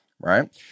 right